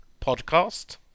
podcast